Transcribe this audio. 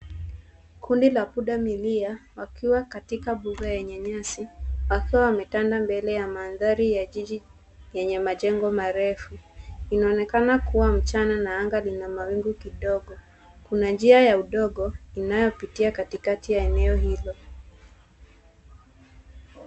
Kundi la pundamilia wakiwa katika mbuga yenye nyasi, wakiwa wametanda mbele ya mandhari ya jiji yenye majengo marefu. Inaonekana kuwa mchana na anga lina mawingu kidogo. Kuna njia ya udongo, inayopitia katikati ya eneo hilo.